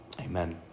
Amen